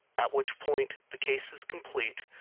at which point the case is complete,